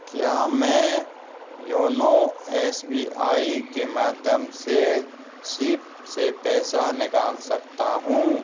क्या मैं YONO S B I के माध्यम से सिप से पैसा निकाल सकता हूँ